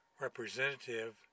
representative